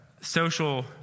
social